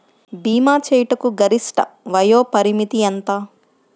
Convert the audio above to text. భీమా చేయుటకు గరిష్ట వయోపరిమితి ఎంత?